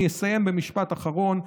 אני אסיים במשפט אחרון.